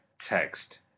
text